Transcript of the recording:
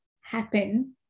happen